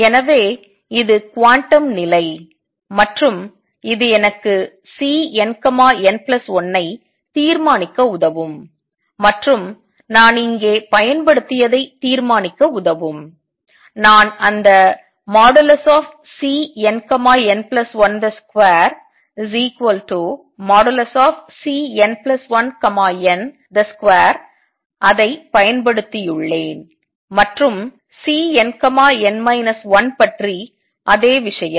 எனவே இது குவாண்டம் நிலை மற்றும் இது எனக்கு Cnn1 ஐ தீர்மானிக்க உதவும் மற்றும் நான் இங்கே பயன்படுத்தியதை தீர்மானிக்க உதவும் நான் அந்த Cnn12|Cn1n |2 ஐ பயன்படுத்தியுள்ளேன் மற்றும் Cnn 1 பற்றி அதே விஷயம்